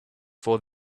for